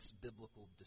biblical